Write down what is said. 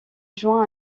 juin